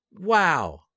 Wow